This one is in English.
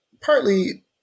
partly